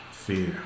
Fear